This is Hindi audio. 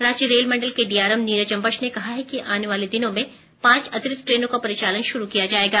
रांची रेलमंडल के डीआरएम नीरज अंबष्ट ने कहा है कि आने वाले दिनों में पांच अतिरिक्त ट्रेनों का परिचालन शुरू किया जायेगा